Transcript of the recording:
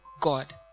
God